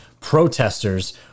protesters